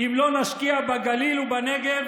"אם לא נשקיע בגליל ובנגב,